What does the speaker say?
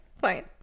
fine